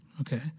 Okay